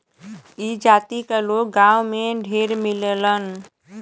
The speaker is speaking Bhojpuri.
ई जाति क लोग गांव में ढेर मिलेलन